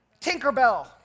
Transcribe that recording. Tinkerbell